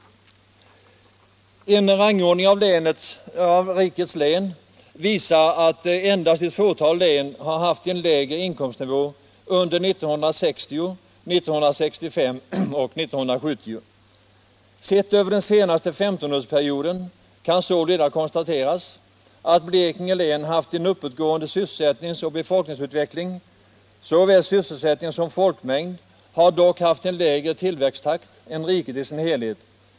En rangordning av rikets län visar att endast ett fåtal län har haft en lägre inkomstnivå än Blekinge under 1960, 1965 och 1970. Sett över den senaste femtonårsperioden kan sålunda konstateras att Blekinge län har haft en uppåtgående sysselsättningsoch befolkningsutveckling. Såväl sysselsättning som folkmängd har dock haft en lägre tillväxttakt än riket i dess helhet.